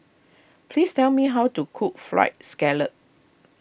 please tell me how to cook Fried Scallop